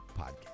podcast